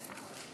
גברתי מזכירת